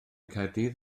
caerdydd